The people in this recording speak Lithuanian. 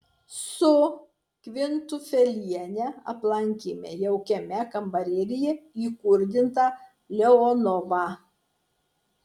su kvintufeliene aplankėme jaukiame kambarėlyje įkurdintą leonovą